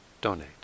donate